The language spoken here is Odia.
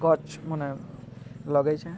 ଗଛ୍ମାନେ ଲଗେଇଛେ